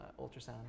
ultrasound